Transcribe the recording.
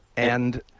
and